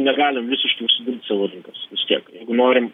negalim visiškai užsidirbt savo lygos vis tiek norim